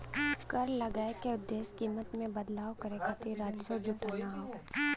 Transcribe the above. कर लगाये क उद्देश्य कीमत में बदलाव करे खातिर राजस्व जुटाना हौ